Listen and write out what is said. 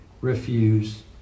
refuse